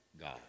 God